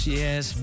yes